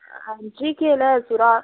ஜிகேயில சுறா